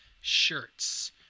shirts